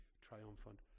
triumphant